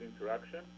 interaction